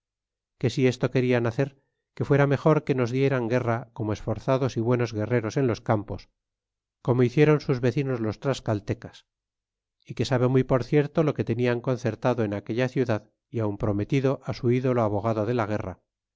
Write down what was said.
que si esto querian hacer que fuera mejor que nos dieran guerra como esforzados y buenos guerreros en los campos como hicieron sus vecinos los tlascaltecas é que sabe por muy cierto lo que te'dan concertado en aquella ciudad y aun prometido su ídolo abogado de la guerra